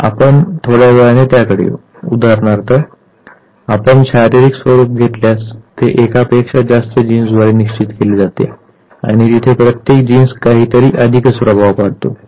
परंतु उदाहरणार्थ आपण शारीरिक स्वरुप घेतल्यास ते एकापेक्षा जास्त जीन्सद्वारे निश्चित केले जाते जिथे प्रत्येक जीन्स काहीतरी अधिकचा प्रभाव पाडते